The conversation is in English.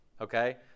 Okay